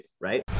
right